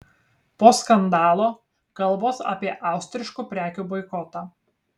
po skandalo kalbos apie austriškų prekių boikotą